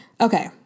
Okay